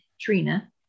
Trina